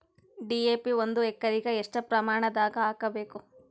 DAP ಒಂದು ಎಕರಿಗ ಎಷ್ಟ ಪ್ರಮಾಣದಾಗ ಹಾಕಬೇಕು?